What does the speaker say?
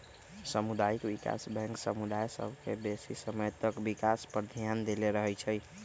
सामुदायिक विकास बैंक समुदाय सभ के बेशी समय तक विकास पर ध्यान देले रहइ छइ